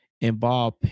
involve